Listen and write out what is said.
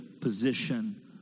position